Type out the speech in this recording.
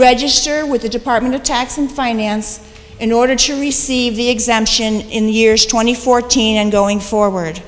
register with the department of tax and finance in order to receive the exemption in the years twenty fourteen and going forward